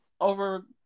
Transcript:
over